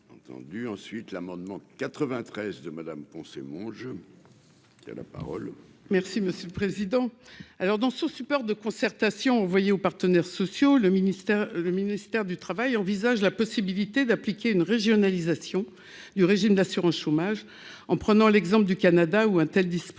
ensuite l'amendement 93 de Madame Poncet mon jeu. Il la parole. Merci monsieur le président, alors dans son support de concertation envoyé aux partenaires sociaux le ministère, le ministère du Travail envisage la possibilité d'appliquer une régionalisation du régime d'assurance chômage, en prenant l'exemple du Canada où un tel dispositif